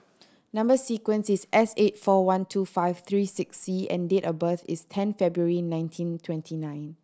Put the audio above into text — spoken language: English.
number sequence is S eight four one two five three six C and date of birth is ten February nineteen twenty nine